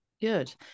good